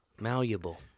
malleable